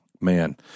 Man